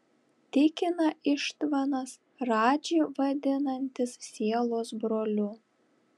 tikina ištvanas radžį vadinantis sielos broliu